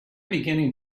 beginning